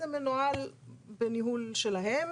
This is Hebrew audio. זה מנוהל בניהול שלהם.